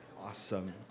Awesome